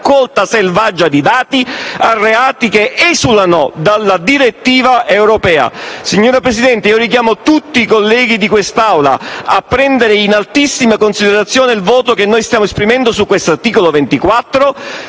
raccolta selvaggia di dati per reati che esulano dalla direttiva europea. Signora Presidente, io richiamo tutti i colleghi di quest'Aula a prendere in altissima considerazione il voto che stiamo esprimendo sull'articolo 24